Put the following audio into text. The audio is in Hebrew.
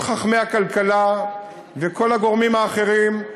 כל חכמי הכלכלה וכל הגורמים האחרים,